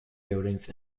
buildings